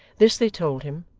this they told him,